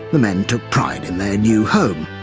the men took pride in their new home,